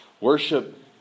Worship